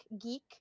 geek